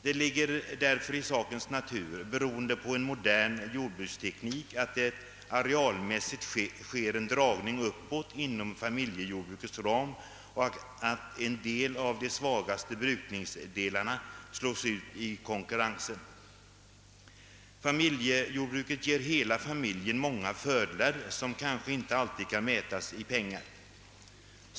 Det ligger därför i sakens natur, beroende på en modern jordbruksteknik, att det arealmässigt sker en dragning uppåt inom familjejordbrukets ram och att en del av de svagaste brukningsdelarna slås ut i konkurrensen. Familjejordbruket ger hela familjen många fördelar som kanske inte alltid kan mätas i pengar.